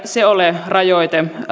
se ole rajoite